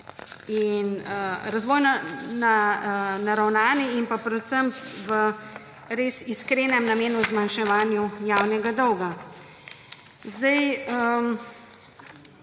niso razvojno naravnani in predvsem v res iskrenem namenu zmanjševanja javnega dolga.